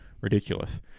ridiculous